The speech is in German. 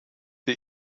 der